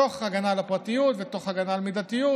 תוך הגנה על הפרטיות ותוך הגנה על מידתיות,